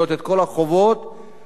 ומפעילה את זה לבד.